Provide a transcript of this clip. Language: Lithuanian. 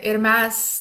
ir mes